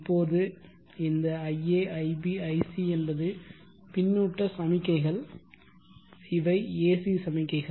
இப்போது இந்த ia ib ic என்பது பின்னூட்ட சமிக்ஞைகள் இவை AC சமிக்ஞைகள்